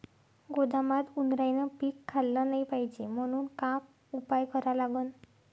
गोदामात उंदरायनं पीक खाल्लं नाही पायजे म्हनून का उपाय करा लागन?